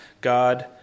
God